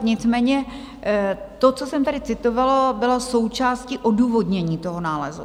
Nicméně to, co jsem tady citovala, bylo součástí odůvodnění toho nálezu.